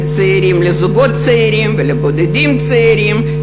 לזוגות צעירים ולבודדים צעירים,